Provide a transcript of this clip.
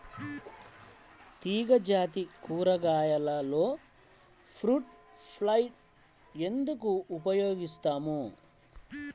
తీగజాతి కూరగాయలలో fruit fly ఎందుకు ఉపయోగిస్తాము?